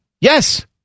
Yes